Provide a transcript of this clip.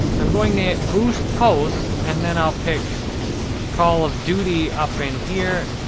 i'm going to hit boost post and then i'll pick call of duty up in here.